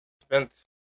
Spent